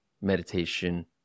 meditation